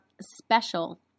special